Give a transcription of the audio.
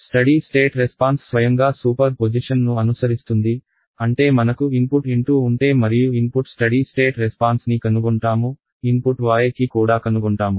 study state response స్వయంగా super పొజిషన్ను అనుసరిస్తుంది అంటే మనకు ఇన్పుట్ x ఉంటే మరియు ఇన్పుట్ స్టడీ స్టేట్ రెస్పాన్స్ ని కనుగొంటాము ఇన్పుట్ y కి కూడా కనుగొంటాము